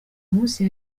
munsi